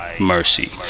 mercy